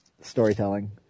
storytelling